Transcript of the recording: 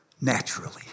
naturally